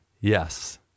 Yes